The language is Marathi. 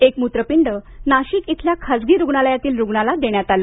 एक मूत्रपिंड नाशिक इथल्या खासगी रुग्णालयातील रुग्णाला देण्यात आलं